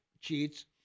cheats